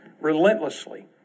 relentlessly